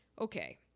Okay